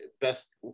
best